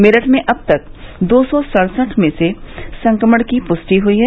मेरठ में अब तक दो सौ सड़सठ लोगों में संक्रमण की पुष्टि हुयी है